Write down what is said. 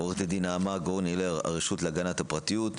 עו"ד נעמה גורני לב, הרשות להגנת הפרטיות,